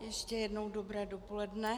Ještě jednou dobré dopoledne.